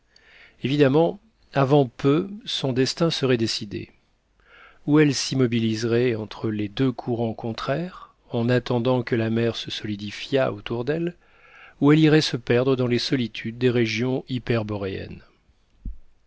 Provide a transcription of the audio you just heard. évidemment avant peu son destin serait décidé ou elle s'immobiliserait entre les deux courants contraires en attendant que la mer se solidifiât autour d'elle ou elle irait se perdre dans les solitudes des régions